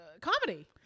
comedy